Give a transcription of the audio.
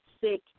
sick